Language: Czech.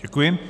Děkuji.